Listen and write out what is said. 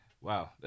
wow